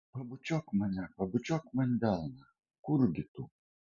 pabučiuok mane pabučiuok man delną kurgi tu